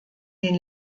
den